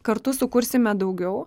kartu sukursime daugiau